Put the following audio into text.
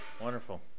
wonderful